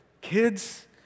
kids